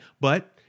but-